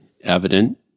evident